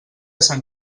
sant